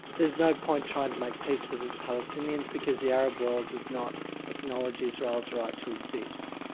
there's no point trying to make peace with the palestinians, because the arab world does not acknowledge israel's right to exist.